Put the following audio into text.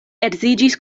edziĝis